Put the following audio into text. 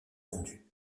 vendus